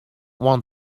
want